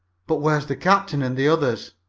but where is the captain and the others?